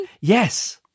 yes